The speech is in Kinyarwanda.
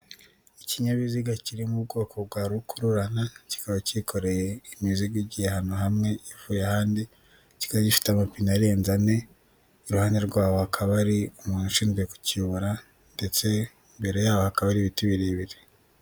Ikinyabiziga kiri mu ubwoko bwa rukururana kiba kikoreye imiziga igi ahantu hamwe ivuye ahandi, kikaba gifite amapine arenze ane, iruhande rwaho hakaba ari umuntu ushinzwe kukiyobora ndetse mbere yaho hakaba ari ibiti birebire.